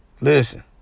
Listen